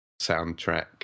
soundtrack